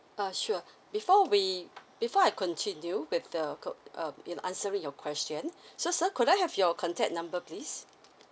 uh sure before we before I continue with the qu~ um in answering your question so sir could I have your contact number please